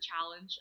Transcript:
challenge